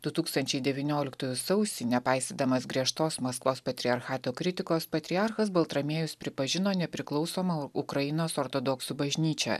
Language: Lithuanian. du tūkstančiai devynioliktųjų sausį nepaisydamas griežtos maskvos patriarchato kritikos patriarchas baltramiejus pripažino nepriklausomą ukrainos ortodoksų bažnyčią